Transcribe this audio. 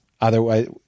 otherwise-